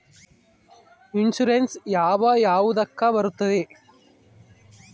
Insurance ಯಾವ ಯಾವುದಕ್ಕ ಬರುತ್ತೆ?